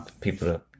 people